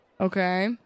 Okay